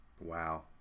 Wow